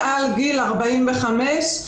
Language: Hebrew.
מעל 45,